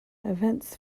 events